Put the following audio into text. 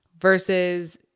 versus